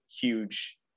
huge